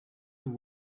nous